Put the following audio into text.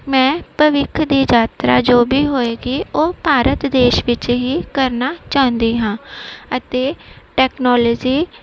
ਮੈਂ ਭਵਿੱਖ ਦੀ ਯਾਤਰਾ ਜੋ ਵੀ ਹੋਵੇਗੀ ਉਹ ਭਾਰਤ ਦੇਸ਼ ਵਿੱਚ ਹੀ ਕਰਨਾ ਚਾਹੁੰਦੀ ਹਾਂ ਅਤੇ ਟੈਕਨੋਲੋਜੀ